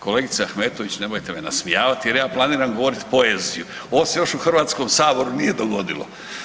Kolegica Ahmetović, nemojte me nasmijavati jer ja planiram govorit poeziju, ovo se još u HS-u nije dogodilo.